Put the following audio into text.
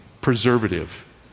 preservative